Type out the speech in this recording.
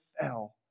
fell